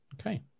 Okay